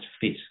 fit